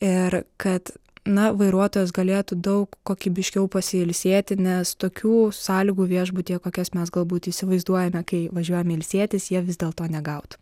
ir kad na vairuotojas galėtų daug kokybiškiau pasiilsėti nes tokių sąlygų viešbutyje kokias mes galbūt įsivaizduojame kai važiuojame ilsėtis jie vis dėlto negautų